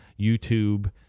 YouTube